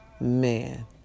Man